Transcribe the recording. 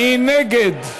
מי נגד?